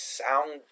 sound